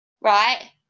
right